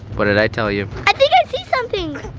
what did i tell you? i think i see something.